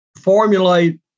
formulate